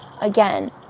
again